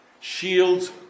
Shields